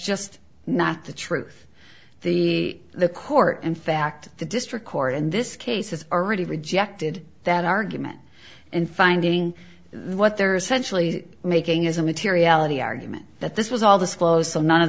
just not the truth the the court in fact the district court in this case has already rejected that argument and finding what they're essentially making is a materiality argument that this was all this flows so none of